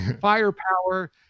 firepower